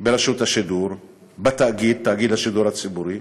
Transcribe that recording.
ברשות השידור בתאגיד, תאגיד השידור הציבורי,